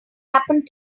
happened